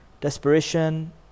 Desperation